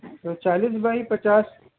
तो चालीस बाई पच्चास